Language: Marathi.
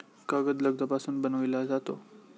कागद लगद्यापासून बनविला जातो